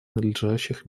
надлежащих